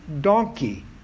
donkey